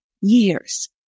years